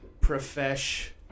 profesh